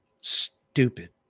stupid